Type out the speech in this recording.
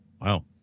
Wow